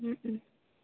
ഉം ഉം